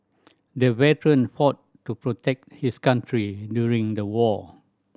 the veteran fought to protect his country during the war